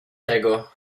tego